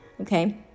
okay